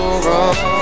wrong